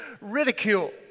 ridicule